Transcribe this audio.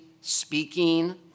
speaking